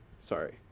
sorry